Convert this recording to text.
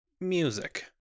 music